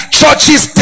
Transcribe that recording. churches